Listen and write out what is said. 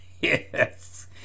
Yes